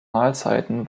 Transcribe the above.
mahlzeiten